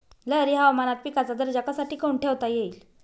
लहरी हवामानात पिकाचा दर्जा कसा टिकवून ठेवता येईल?